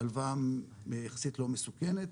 הלוואה יחסית לא מסוכנת.